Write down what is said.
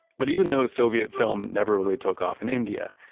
but even though soviet film never really took off in india,